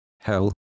hell